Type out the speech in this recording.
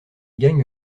gagne